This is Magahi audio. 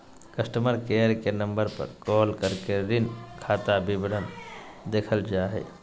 कस्टमर केयर के नम्बर पर कॉल करके ऋण खाता विवरण देखल जा हय